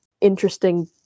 interesting